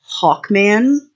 Hawkman